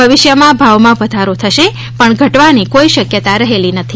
ભવિષ્યમાં ભાવમાં વધારો થશે પણ ઘટવાની કોઇ શકયતા રહેલી નથી